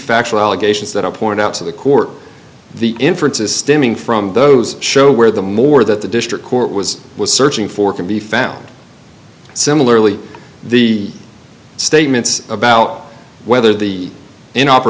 factual allegations that i pointed out to the court the inference is stemming from those show where the more that the district court was was searching for can be found similarly the the statements about whether the